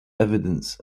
evidence